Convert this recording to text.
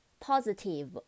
Positive